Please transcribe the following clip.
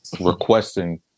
requesting